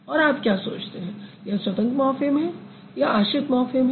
और आप क्या सोचते हैं यह स्वतंत्र मॉर्फ़िम है या आश्रित मॉर्फ़िम है